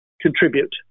contribute